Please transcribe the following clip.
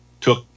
took